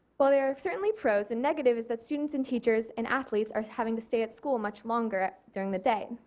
while there are certainly pros the and negative is that students and teachers and athletes are having to stay at school much longer during the day.